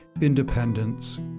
independence